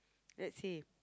let's see